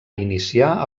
iniciar